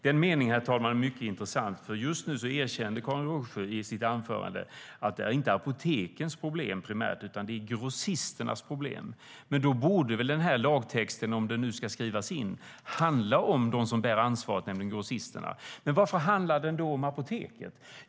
Den meningen, herr talman, är mycket intressant, för just nu erkände Karin Rågsjö i sitt anförande att det inte är apotekens problem utan att det är grossisternas problem. Då borde väl lagtexten, om den nu ska skrivas in, handla om dem som bär ansvaret, nämligen grossisterna. Varför handlar den då om apoteken?